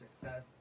Success